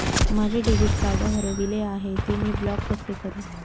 माझे debit card हरविले आहे, ते मी ब्लॉक कसे करु?